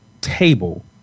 table